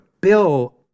bill